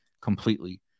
completely